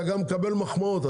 אתה גם מקבל מחמאות,